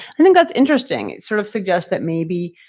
i think that's interesting. it sort of suggest that maybe,